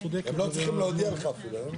היא לא צריכה להודיע לך אפילו.